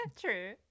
True